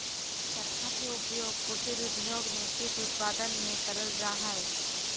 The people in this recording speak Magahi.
चरखा के उपयोग कुटीर उद्योग में सूत उत्पादन में करल जा हई